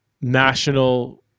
national